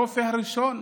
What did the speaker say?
הרופא הראשון,